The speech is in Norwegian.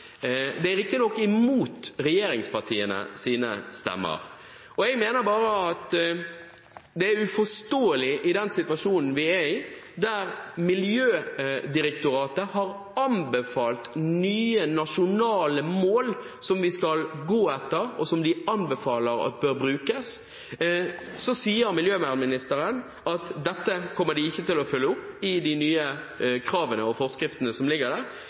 Det er riktignok imot regjeringspartienes stemmer. Jeg mener at det er uforståelig i den situasjonen vi er i, der Miljødirektoratet har anbefalt nye nasjonale mål som vi skal gå etter, og som de anbefaler bør brukes, at miljøministeren sier at dette kommer de ikke til å følge opp i de nye kravene og forskriftene som ligger der,